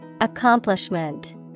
Accomplishment